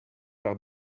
par